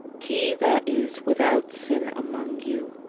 he that is without sin among you,